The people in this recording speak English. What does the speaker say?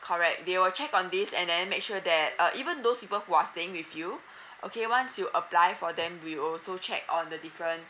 correct they will check on this and then make sure that uh even those people who are staying with you okay once you apply for them we'll also check on the different